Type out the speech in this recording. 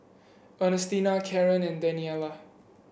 Ernestina Karen and Daniela